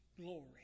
glory